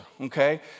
okay